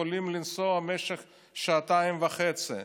יכולים לנסוע במשך שעתיים וחצי,